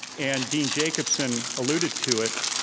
and dean jacobsen alluded to it,